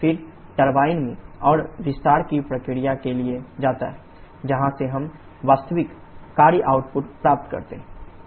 फिर टरबाइन में और विस्तार की प्रक्रिया के लिए जाता है जहां से हम वास्तविक कार्य आउटपुट प्राप्त करते हैं